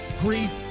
grief